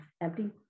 empty